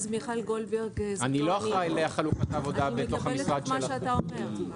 אני לא אחראי לחלוקת העבודה במשרד שלכם.